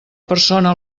persona